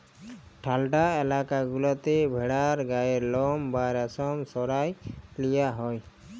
ঠাল্ডা ইলাকা গুলাতে ভেড়ার গায়ের লম বা রেশম সরাঁয় লিয়া হ্যয়